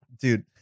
Dude